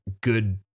good